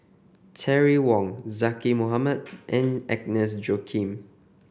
Terry Wong Zaqy Mohamad and Agnes Joaquim